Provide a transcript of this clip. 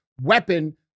weapon